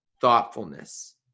thoughtfulness